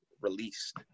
released